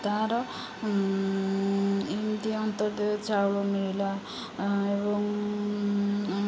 ତାର ଏମିତି ଅନ୍ତୋର୍ଦୟ ଚାଉଳ ମିଳିଲା ଏବଂ